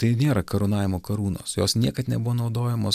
tai nėra karūnavimo karūnos jos niekad nebuvo naudojamos